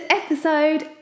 episode